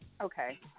Okay